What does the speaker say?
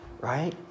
right